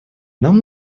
нам